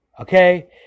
okay